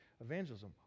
evangelism